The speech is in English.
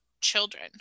children